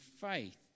faith